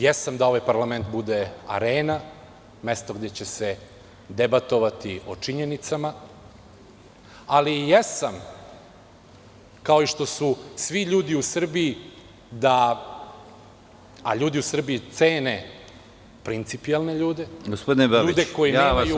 Jesam da ovaj parlament bude arena, mesto gde će se debatovati o činjenicama, ali i jesam, kao što su i svi ljudi u Srbiji, aljudi u Srbiji cene principijelne ljude, ljude koji neguju…